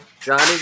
Johnny